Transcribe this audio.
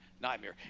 nightmare